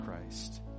Christ